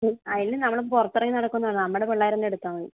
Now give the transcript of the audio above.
അതിനു നമ്മൾ പുറത്തിറങ്ങി നടക്കുവൊന്നും നമ്മുടെ പിള്ളേർ തന്നെ എടുത്താൽ മതി